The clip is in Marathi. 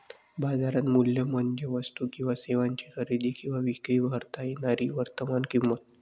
बाजार मूल्य म्हणजे वस्तू किंवा सेवांची खरेदी किंवा विक्री करता येणारी वर्तमान किंमत